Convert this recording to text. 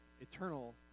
eternal